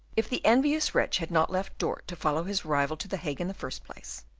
if the envious wretch had not left dort to follow his rival to the hague in the first place,